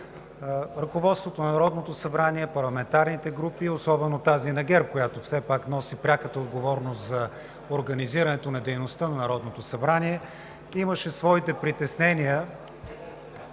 ръководството на Народното събрание – парламентарните групи, особено тази на ГЕРБ, която все пак носи пряката отговорност за организирането на дейността на Народното събрание, имаше своите притеснения